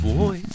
boy